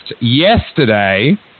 yesterday